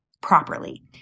properly